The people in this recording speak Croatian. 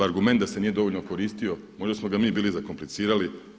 Argument da se nije dovoljno koristio, možda smo ga mi zakomplicirali?